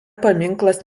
paminklas